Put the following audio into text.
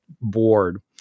board